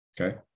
Okay